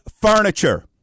furniture